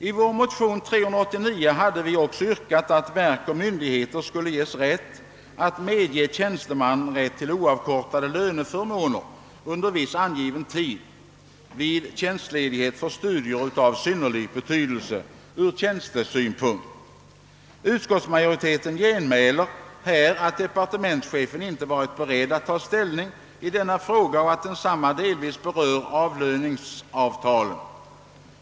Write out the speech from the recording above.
I vår motion, II: 389, hade vi också yrkat att verk och myndigheter skulle ges rätt att medge tjänsteman oavkortade löneförmåner under viss angiven tid vid tjänstledighet för studier av synnerlig betydelse ur tjänstesynpunkt. Utskottsmajoriteten genmäler att departementschefen inte varit beredd att ta ställning till denna fråga och att den delvis berör avlöningsavtalet.